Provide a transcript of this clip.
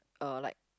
uh like